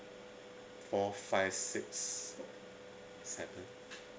four five six seven